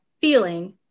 feeling